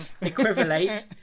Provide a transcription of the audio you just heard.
Equivalent